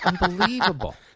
unbelievable